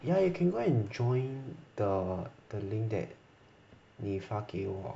ya you can go and join the the link that 你发给我